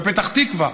בפתח תקווה.